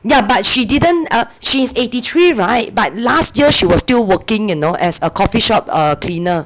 ya but she didn't uh she's eighty three [right] but last year she was still working you know as a coffee shop err cleaner